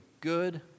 good